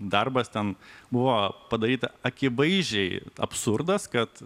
darbas ten buvo padaryta akivaizdžiai absurdas kad